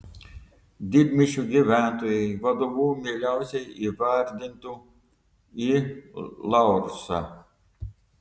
didmiesčių gyventojai vadovu mieliausiai įvardintų i laursą